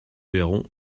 verront